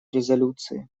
резолюции